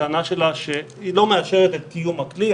הטענה שלה היא שהיא לא מאשרת את קיום הכלי.